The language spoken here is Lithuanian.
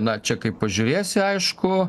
na čia kaip pažiūrėsi aišku